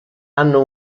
hanno